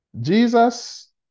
Jesus